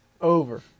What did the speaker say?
Over